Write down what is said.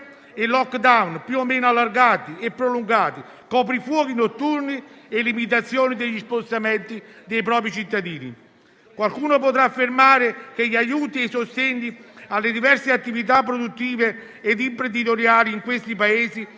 e *lockdown* più o meno allargati e prolungati, coprifuoco notturno e limitazioni degli spostamenti dei propri cittadini. Qualcuno potrà affermare che gli aiuti e i sostegni alle diverse attività produttive e imprenditoriali in questi Paesi